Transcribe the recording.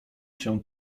się